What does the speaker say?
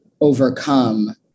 overcome